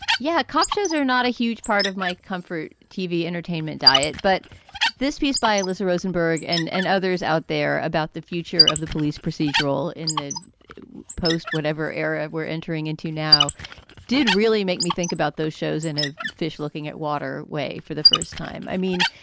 yeah, cop shows are not a huge part of my comfort. tv entertainment diet. but this piece by alyssa rosenberg and and others out there about the future of the police procedural in the post. whatever era we're entering into now did really make me think about those shows in a fish looking at water way for the first time. i mean,